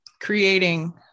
creating